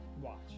watch